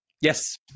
Yes